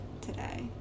today